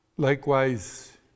Likewise